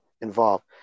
involved